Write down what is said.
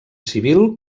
civil